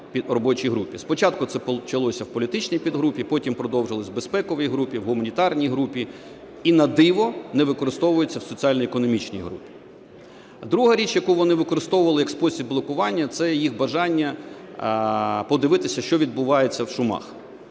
Спочатку це почалося в політичній підгрупі, потім продовжилось в безпековій групі, в гуманітарній групі і, на диво, не використовується в соціально-економічній групі. Друга річ, яку вони використовували як спосіб блокування, це їх бажання подивитися, що відбувається в Шумах,